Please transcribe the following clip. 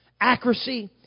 Accuracy